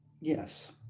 Yes